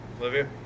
Olivia